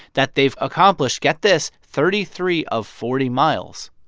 that they've accomplished get this thirty three of forty miles.